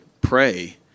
pray